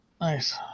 Nice